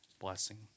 blessing